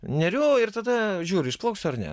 neriu ir tada žiūriu išplauksiu ar ne